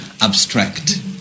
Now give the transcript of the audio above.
abstract